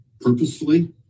purposefully